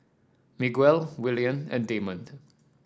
Miguel Willian and Damond